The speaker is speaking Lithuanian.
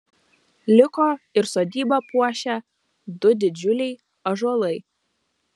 liko ir sodybą puošę du didžiuliai ąžuolai